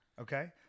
Okay